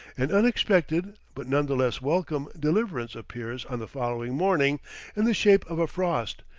an unexpected, but none the less welcome, deliverance appears on the following morning in the shape of a frost,